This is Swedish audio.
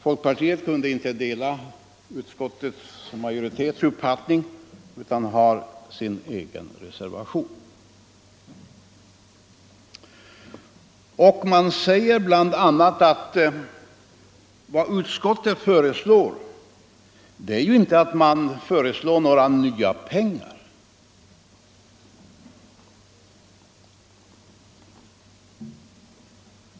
Folkpartiet kunde inte dela majoritetens uppfattning utan har en reservation. I den säger man bl.a. att vad utskottet föreslår inte innebär några nya pengar.